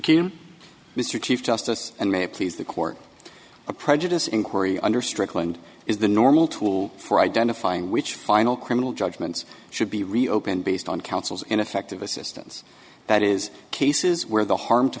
counsel mr chief justice and may it please the court a prejudice inquiry under strickland is the normal tool for identifying which final criminal judgments should be reopened based on counsel's ineffective assistance that is cases where the harm to